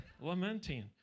Lamenting